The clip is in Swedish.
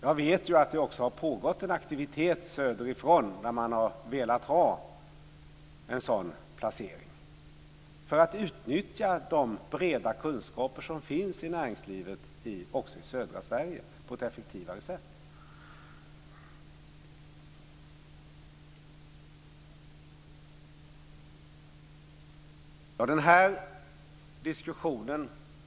Jag vet att det också har pågått en aktivitet söderifrån, där man har velat ha en sådan placering för att utnyttja de breda kunskaper som finns i näringslivet också i södra Sverige på ett effektivare sätt.